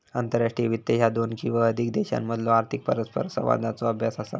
आंतरराष्ट्रीय वित्त ह्या दोन किंवा अधिक देशांमधलो आर्थिक परस्परसंवादाचो अभ्यास असा